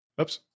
Oops